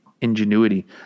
Ingenuity